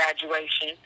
graduation